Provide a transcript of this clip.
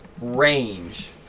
range